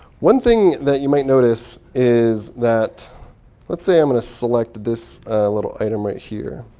one thing that you might notice is that let's say i'm going to select this little item right here.